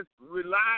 rely